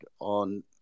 on